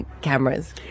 cameras